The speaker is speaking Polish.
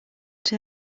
czy